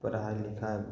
पढ़ाइ लिखाइ